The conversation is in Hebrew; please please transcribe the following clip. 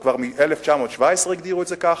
כבר מ-1917 הגדירו את זה כך,